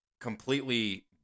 completely